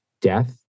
death